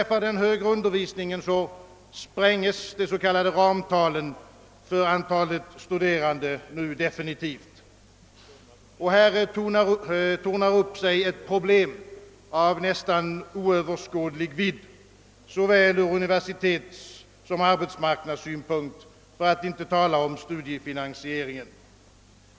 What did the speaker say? ningen sprängs nu definitivt de s.k. ramtalen för antalet studerande. Detta skapar ett problem av nästan oöverskådlig vidd från såväl universitetssom arbetsmarknadssynpunkt, för att inte tala om studiefinansieringsaspekten.